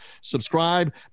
subscribe